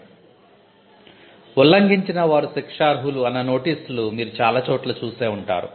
'ఉల్లంఘించిన వారు శిక్షార్హులు' అన్న నోటీసులు మీరు చాలా చోట్ల చూసే వుంటారు